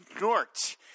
Nort